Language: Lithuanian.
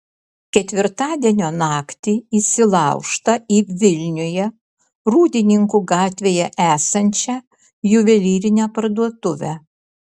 ketvirtadienio naktį įsilaužta į vilniuje rūdninkų gatvėje esančią juvelyrinę parduotuvę